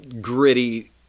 gritty